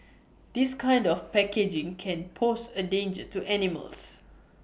this kind of packaging can pose A danger to animals